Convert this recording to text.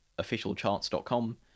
officialcharts.com